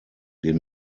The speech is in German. den